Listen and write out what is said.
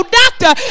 doctor